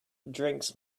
drinks